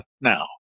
now